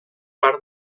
part